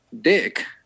dick